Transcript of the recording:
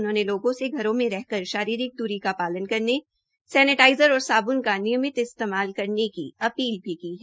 उन्होंने लोगों से घरों में रहकर शारीरिक द्री का पालन करने सैनेटाइज़र और साब्न का नियमित इस्तेमाल करने का अपील की है